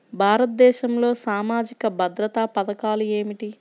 భారతదేశంలో సామాజిక భద్రతా పథకాలు ఏమిటీ?